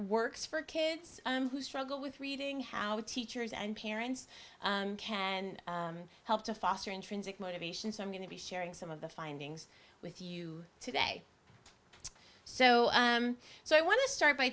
works for kids who struggle with reading how teachers and parents can help to foster intrinsic motivation so i'm going to be sharing some of the findings with you today so so i want to start by